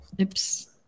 Oops